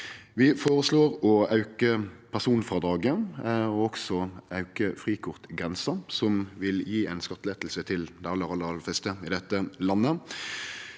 Vi føreslår å auke personfrådraget og frikortgrensa, som vil gje ei skattelette til dei aller fleste i dette landet.